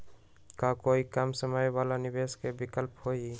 का कोई कम समय वाला निवेस के विकल्प हई?